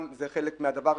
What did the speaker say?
גם זה חלק מהדבר הזה,